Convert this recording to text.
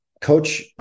Coach